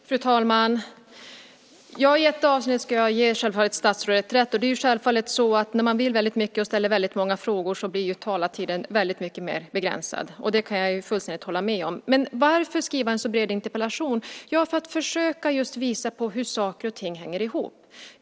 Fru talman! I ett avseende ska jag ge statsrådet rätt. När man vill väldigt mycket och ställer många frågor blir ju talartiden mer begränsad. Det kan jag hålla med om. Varför har jag då skrivit en så bred interpellation? Jo, för att försöka visa på hur saker och ting hänger ihop.